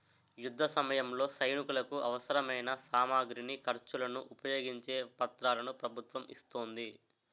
యుద్ధసమయంలో సైనికులకు అవసరమైన సామగ్రిని, ఖర్చులను ఉపయోగించే పత్రాలను ప్రభుత్వం ఇస్తోంది